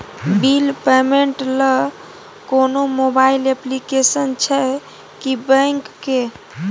Bill payment ल कोनो mobile application छै की बैंक के?